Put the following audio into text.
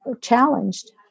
challenged